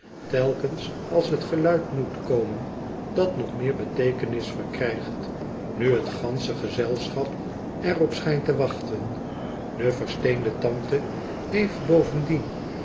telkens als het geluid moet komen dat nog meer betee kenis verkrijgt nu het gansche gezelschap er op schijnt te wachten de versteende tante heeft bovendien